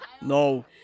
no